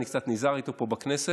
אני קצת נזהר איתו פה בכנסת,